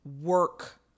work